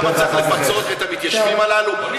שם צריך לפצות את המתיישבים הללו?